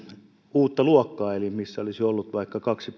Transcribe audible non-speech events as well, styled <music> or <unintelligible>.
uutta luokkaa missä olisi ollut vaikka kaksi <unintelligible>